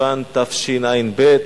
בסיוון תשע"ב.